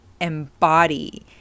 embody